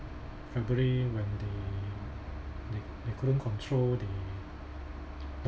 february when they they they couldn't control the